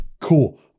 cool